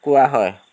কোৱা হয়